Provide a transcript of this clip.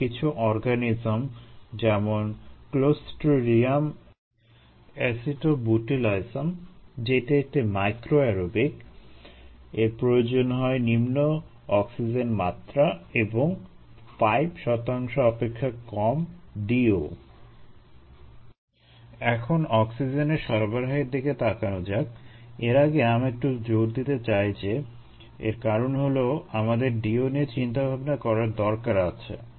কিন্তু কিছু অর্গানিজম যেমন Clostridium acetobutylicum যেটি একটি মাইক্রো অ্যারোবিক এর প্রয়োজন হয় নিম্ন অক্সিজেন মাত্রা এবং 5 শতাংশ অপেক্ষা কম DO এখন অক্সিজেনের সরবরাহের দিকে তাকানো যাক এর আগে আমি একটু জোর দিতে চাই যে এর কারণ হলো আমাদের DO নিয়ে চিন্তাভাবনা করার দরকার আছে